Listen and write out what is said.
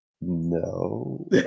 No